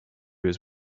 was